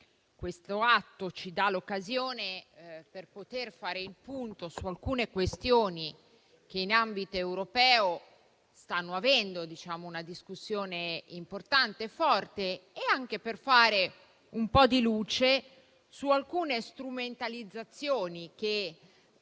questo atto ci dà l'occasione di fare il punto su alcune questioni che in ambito europeo sono oggetto di una discussione importante e forte e anche per fare un po' di luce su alcune strumentalizzazioni che